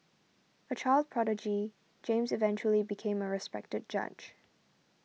a child prodigy James eventually became a respected judge